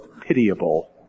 pitiable